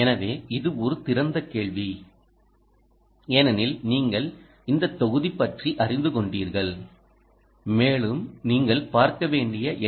எனவே இது ஒரு திறந்த கேள்வி ஏனெனில் நீங்கள் இந்த தொகுதி பற்றி அறிந்து கொண்டீர்கள் மேலும் நீங்கள் பார்க்க வேண்டிய எல்